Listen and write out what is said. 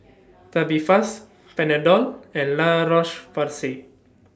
Tubifast Panadol and La Roche Porsay